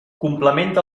complementa